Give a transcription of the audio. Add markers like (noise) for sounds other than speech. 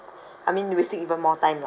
(breath) I mean it will take even more time lah